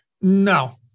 No